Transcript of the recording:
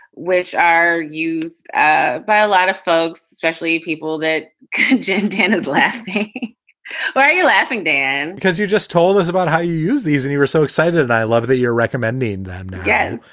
which are used ah by a lot of folks, especially people that gen ten has left. what are you laughing, dan? because you just told us about how you use these and you were so excited. i love that you're recommending them. again,